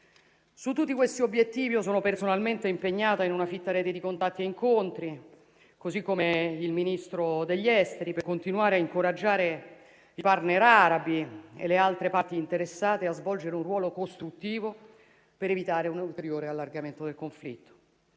Su tutti questi obiettivi sono personalmente impegnata in una fitta rete di contatti e incontri, così come il Ministro degli affari esteri, per continuare a incoraggiare i *partner* arabi e le altre parti interessate a svolgere un ruolo costruttivo per evitare un ulteriore allargamento del conflitto.